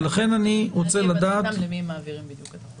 אני רוצה לדעת ------ למי מעבירים בדיוק את החוזר.